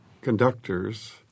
conductors